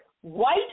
white